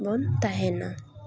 ᱵᱚᱱ ᱛᱟᱦᱮᱱᱟ